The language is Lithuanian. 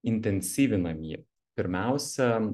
intensyvinam jį pirmiausia